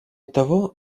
того